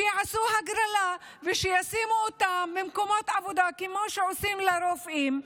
שיעשו הגרלה וישימו אותם במקומות עבודה כמו שעושים לרופאים,